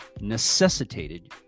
necessitated